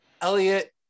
Elliot